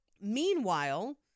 Meanwhile